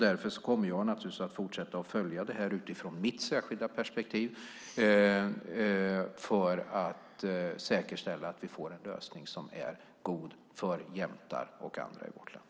Därför kommer jag naturligtvis att fortsätta att följa detta utifrån mitt särskilda perspektiv för att säkerställa att vi får en lösning som är god för jämtar och andra i vårt land.